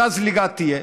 אותה זליגה תהיה.